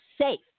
safe